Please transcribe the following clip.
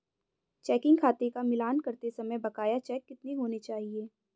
Checking खाते का मिलान करते समय बकाया चेक कितने होने चाहिए?